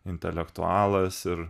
intelektualas ir